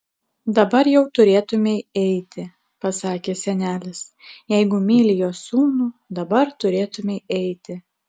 dabar jau turėtumei eiti pasakė senelis jeigu myli jo sūnų dabar turėtumei eiti